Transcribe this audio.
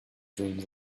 dreams